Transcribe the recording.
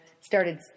started